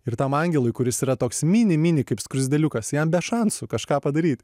ir tam angelui kuris yra toks mini mini kaip skruzdėliukas jam be šansų kažką padaryt